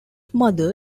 mother